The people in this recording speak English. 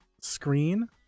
screen